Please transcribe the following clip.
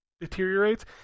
Deteriorates